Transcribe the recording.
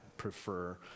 prefer